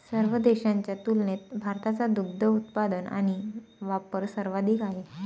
सर्व देशांच्या तुलनेत भारताचा दुग्ध उत्पादन आणि वापर सर्वाधिक आहे